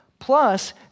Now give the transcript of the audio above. Plus